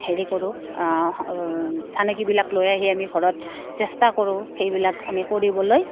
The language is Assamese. হেৰি কৰোঁ চানকীবিলাক লৈ আহি আমি ঘৰত চেষ্টা কৰোঁ সেইবিলাক আমি কৰিবলৈ